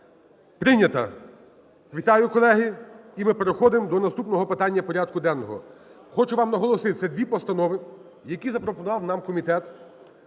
прийнята. Вітаю, колеги. І ми переходимо до наступного питання порядку денного. Хочу вам наголосити, це дві постанови, які запропонував нам комітет